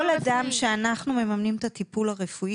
כל אדם שאנחנו מממנים את הטיפול הרפואי